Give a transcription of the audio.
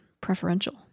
preferential